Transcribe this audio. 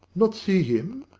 not see him?